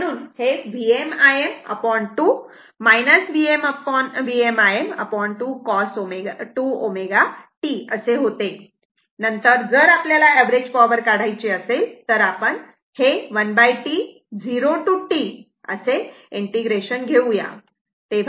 म्हणून हे Vm Im2 Vm Im2 cos 2 ω t असे होते नंतर जर आपल्याला ऍव्हरेज पॉवर काढायची असेल तर आपण हे 1T 0 टू T असे घेऊ